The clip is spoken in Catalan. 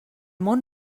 món